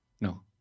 No